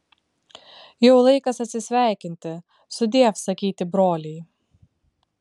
jau laikas atsisveikinti sudiev sakyti broliai